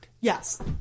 Yes